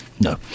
No